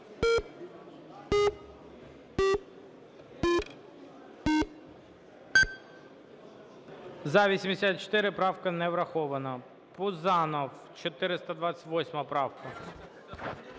За-84 Правку не враховано. Пузанов, 428 правка.